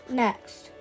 next